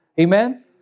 Amen